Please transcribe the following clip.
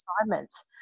assignments